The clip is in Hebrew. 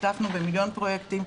השתתפנו במיליון פרויקטים,